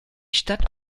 stadt